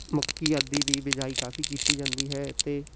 ਮੱਕੀ ਆਦਿ ਦੀ ਬਿਜਾਈ ਕਾਫੀ ਕੀਤੀ ਜਾਂਦੀ ਹੈ ਅਤੇ